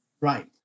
Right